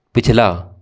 पिछला